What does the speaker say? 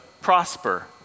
prosper